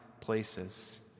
places